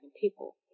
people